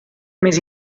més